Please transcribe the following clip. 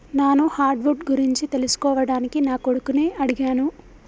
నాను hard wood గురించి తెలుసుకోవడానికి నా కొడుకుని అడిగాను